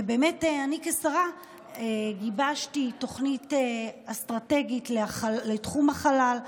ובאמת אני כשרה גיבשתי תוכנית אסטרטגית לתחום החלל.